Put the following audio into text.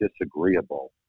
disagreeable